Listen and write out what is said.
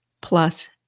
plus